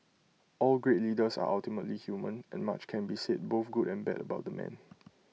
all great leaders are ultimately human and much can be said both good and bad about the man